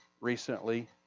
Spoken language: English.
recently